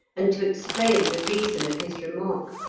and to explain the reason of his remark,